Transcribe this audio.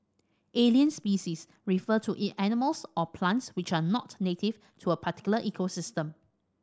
alien species refer to animals or plants which are not native to a particular ecosystem